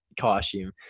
costume